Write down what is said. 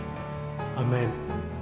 Amen